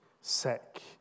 sick